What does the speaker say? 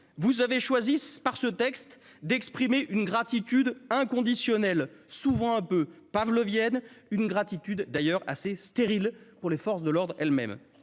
vous avez choisi d'exprimer une gratitude inconditionnelle, souvent un peu pavlovienne, une gratitude d'ailleurs assez stérile pour les forces de l'ordre elles-mêmes.